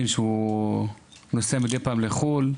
ונוסע מדי פעם לחו"ל.